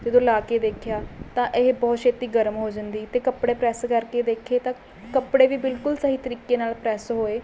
ਜਦੋਂ ਲਾ ਕੇ ਦੇਖਿਆ ਤਾਂ ਇਹ ਬਹੁਤ ਛੇਤੀ ਗਰਮ ਹੋ ਜਾਂਦੀ ਅਤੇ ਕੱਪੜੇ ਪ੍ਰੈੱਸ ਕਰਕੇ ਦੇਖੇ ਤਾਂ ਕੱਪੜੇ ਵੀ ਬਿਲਕੁਲ ਸਹੀ ਤਰੀਕੇ ਨਾਲ਼ ਪ੍ਰੈੱਸ ਹੋਏ